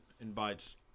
invites